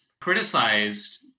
criticized